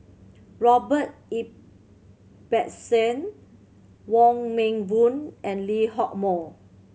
Robert Ibbetson Wong Meng Voon and Lee Hock Moh